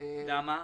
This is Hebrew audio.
למה?